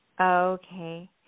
Okay